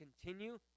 continue